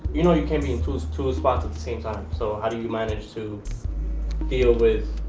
you know you can't be in two so two spots at the same time, so how do you manage to deal with